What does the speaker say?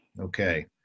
Okay